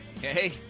Hey